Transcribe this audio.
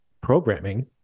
programming